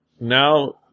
now